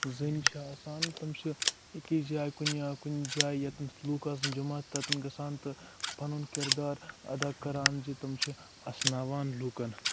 زٔنۍ چھِ آسان تِم چھِ أکِس جایہِ یا کُنہِ جایہِ ییٚتنس تہِ لُکھ آسن جمع تَتین گژھان تہٕ پَنُن کِردار اَدا کران زِ تِم چھِ اَسناوان لُکَن